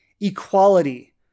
equality